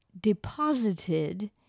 Deposited